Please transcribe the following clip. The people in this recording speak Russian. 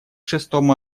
шестому